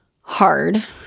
hard